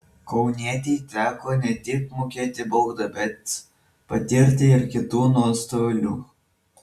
kaunietei teko ne tik mokėti baudą bet patirti ir kitų nuostolių